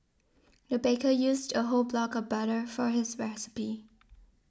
the baker used a whole block of butter for this recipe